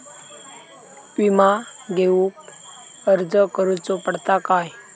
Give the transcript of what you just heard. विमा घेउक अर्ज करुचो पडता काय?